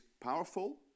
powerful